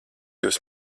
jūs